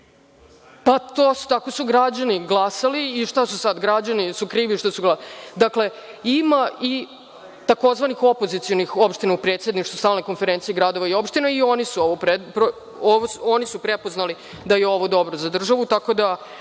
kriv? Tako su građani glasali i šta sad, da li su građani krivi što su glasali? Ima tzv. opozicionih opština u predsedništvu Stalne konferencije gradova i opština i oni su prepoznali da je ovo dobro za državu.